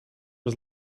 was